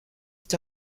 est